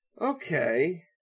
Okay